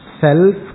self